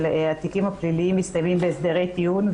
התיקים הפליליים מסתיימים בהסדרי טיעון,